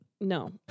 No